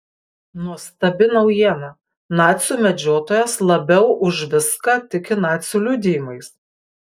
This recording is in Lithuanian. nuostabi naujiena nacių medžiotojas labiau už viską tiki nacių liudijimais